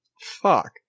fuck